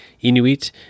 Inuit